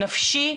נפשי,